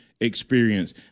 experience